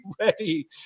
ready